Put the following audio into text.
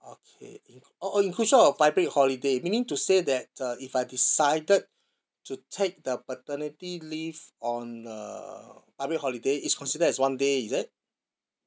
okay inclu~ orh orh inclusion of public holiday meaning to say that uh if I decided to take the paternity leave on a public holiday it's considered as one day is it